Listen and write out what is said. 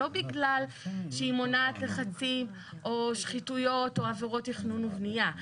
לא בגלל שהיא מונעת לחצים או שחיתויות או עבירות תכנון ובנייה.